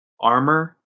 armor